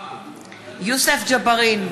יוסף ג'בארין,